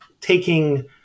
taking